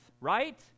right